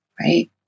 Right